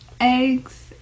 Eggs